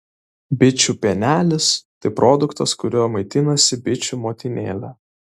bičių pienelis tai produktas kuriuo maitinasi bičių motinėlė